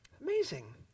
Amazing